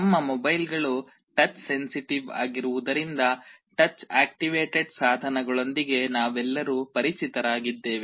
ನಮ್ಮ ಮೊಬೈಲ್ಗಳು touch sensitive ಆಗಿರುವುದರಿಂದ ಟಚ್ ಆಕ್ಟಿವೇಟೆಡ್ ಸಾಧನಗಳೊಂದಿಗೆ ನಾವೆಲ್ಲರೂ ಪರಿಚಿತರಾಗಿದ್ದೇವೆ